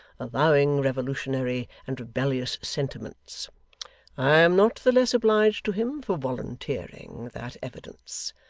avowing revolutionary and rebellious sentiments i am not the less obliged to him for volunteering that evidence.